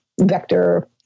vector